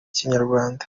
ikinyarwanda